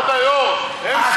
כבוד היו"ר,